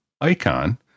icon